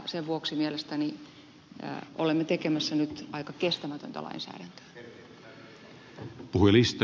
sen vuoksi mielestäni olemme tekemässä nyt aika kestämätöntä lainsäädäntöä